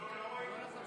34 בעד, מתנגד אחד,